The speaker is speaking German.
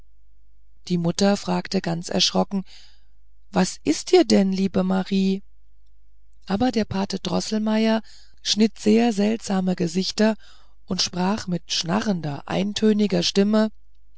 die mutter fragte ganz erschrocken was ist dir denn liebe marie aber der pate droßelmeier schnitt sehr seltsame gesichter und sprach mit schnarrender eintöniger stimme